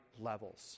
levels